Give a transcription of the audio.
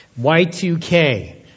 Y2K